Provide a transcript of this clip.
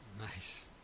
Nice